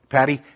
Patty